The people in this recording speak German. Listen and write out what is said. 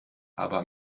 aber